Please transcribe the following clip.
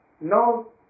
No